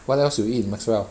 what else you eat in maxwell